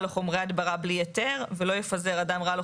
או חומרי הדברה בלי היתר" ו-"לא יפזר אדם רעל או